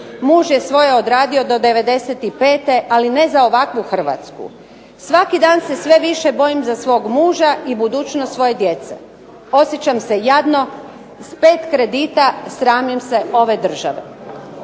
muž je svoje odradio do '95., ali ne za ovakvu Hrvatsku. Svaki dan se sve više bojim za svog muža i budućnost svoje djece. Osjećam se jasno, s pet kredita sramim se ove države.